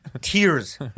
Tears